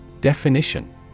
Definition